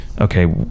okay